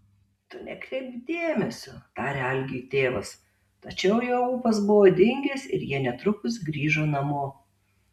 tu nekreipk dėmesio tarė algiui tėvas tačiau jo ūpas buvo dingęs ir jie netrukus grįžo namo